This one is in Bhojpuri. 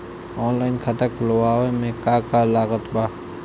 ऑनलाइन खाता खुलवावे मे का का लागत बा?